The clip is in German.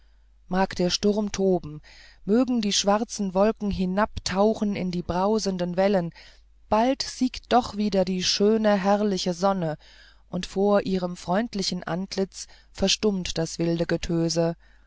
mag der sturm toben mögen die schwarzen wolken hinabtauchen in die brausenden wellen bald siegt doch wieder die schöne herrliche sonne und vor ihrem freundlichen antlitz verstummt das wilde getöse